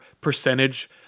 percentage